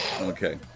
Okay